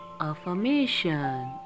Affirmation